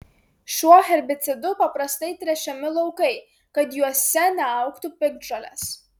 šiuo herbicidu paprastai tręšiami laukai kad juose neaugtų piktžolės